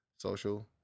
social